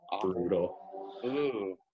brutal